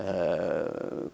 ah